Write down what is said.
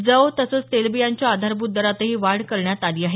जव तसंच तेलबियांच्या आधारभूत दरांतही वाढ करण्यात आली आहे